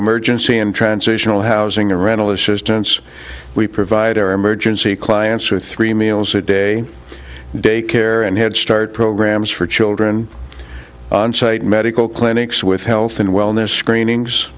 emergency and transitional housing and rental assistance we provide our emergency clients with three meals a day to day care and head start programs for children on site medical clinics with health and wellness screenings